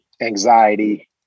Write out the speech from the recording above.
anxiety